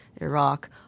Iraq